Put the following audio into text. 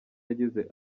yagize